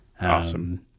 Awesome